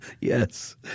Yes